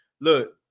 Look